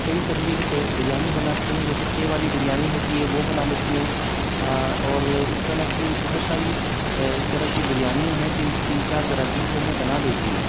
کئی طریقے کی بریانی بناتی ہوں جیسے تہہ والی بریانی ہوتی ہے وہ بنا لیتی ہوں اور اس طرح کی بہت ساری اس طرح کی بریانیاں ہیں تین تین چار طرح کی وہ میں بنا لیتی ہوں